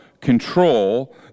control